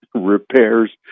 repairs